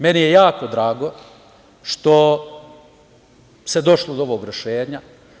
Meni je jako drago što se došlo do ovog rešenja.